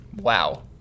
Wow